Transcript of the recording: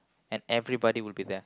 and everybody will be there